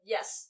Yes